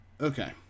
okay